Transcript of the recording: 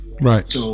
Right